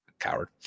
coward